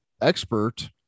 expert